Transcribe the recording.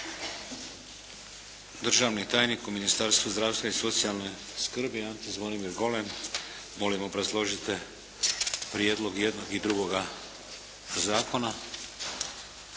Državni tajnik u Ministarstvu zdravstva i socijalne skrbi, Ante Zvonimir Golem, molim obrazložite prijedlog jednog i drugog zakona.